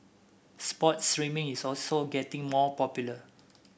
sports streaming is also getting more popular